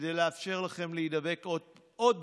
כדי לאפשר לכם להידבק עוד